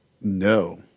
No